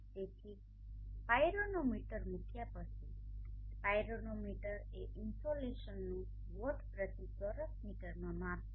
તેથી પાયરોનોમીટર મૂક્યા પછી પાયરોનોમીટર એ ઇનસોલેશનનું વોટ પ્રતિ ચોરસ મીટરમાં માપ આપે છે